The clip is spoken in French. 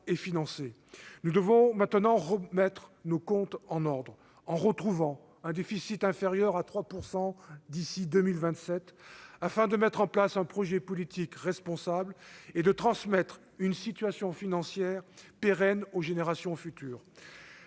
Nous devons maintenant remettre nos comptes en ordre en retrouvant un déficit inférieur à 3 % d'ici à 2027 afin de mettre en place un projet politique responsable et de transmettre une situation financière pérenne aux générations futures.